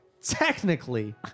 technically